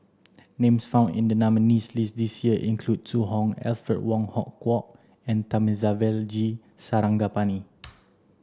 names found in the nominees' list this year include Zhu Hong Alfred Wong Hong Kwok and Thamizhavel G Sarangapani